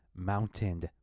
mountained